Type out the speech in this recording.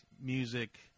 music